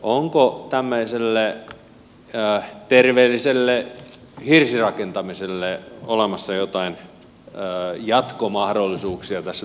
onko tämmöiselle terveelliselle hirsirakentamiselle olemassa jotain jatkomahdollisuuksia tässä tiukentuvassa maailmassa